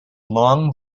long